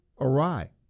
awry